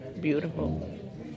Beautiful